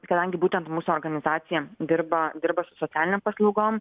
kadangi būtent mūsų organizacija dirba dirba su socialinėm paslaugom